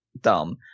dumb